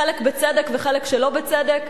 חלק בצדק וחלק שלא בצדק.